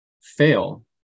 fail